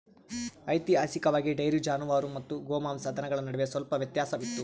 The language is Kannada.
ಐತಿಹಾಸಿಕವಾಗಿ, ಡೈರಿ ಜಾನುವಾರು ಮತ್ತು ಗೋಮಾಂಸ ದನಗಳ ನಡುವೆ ಸ್ವಲ್ಪ ವ್ಯತ್ಯಾಸವಿತ್ತು